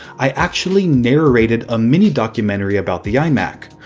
i actually narrated a mini-documentary about the imac.